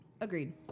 Agreed